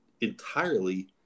entirely